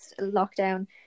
lockdown